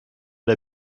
der